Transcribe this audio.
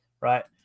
right